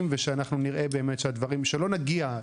ושאנחנו נראה באמת שהדברים --- שלא נגיע,